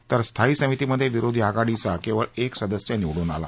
तर स्थायी समितीमध्ये विरोधी आघाडीचा केवळ एक सदस्य निवडून आला